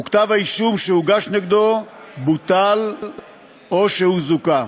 וכתב-האישום שהוגש נגדו בוטל או שהוא זוכה.